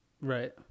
Right